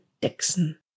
Dixon